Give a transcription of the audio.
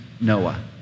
Noah